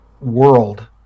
world